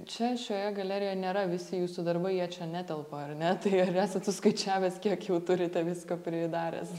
čia šioje galerijoje nėra visi jūsų darbai jie čia netelpa ar ne tai ar esat suskaičiavęs kiek jau turite visko pridaręs